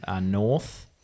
North